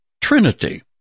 Trinity